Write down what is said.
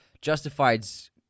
Justified's